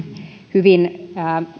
hyvin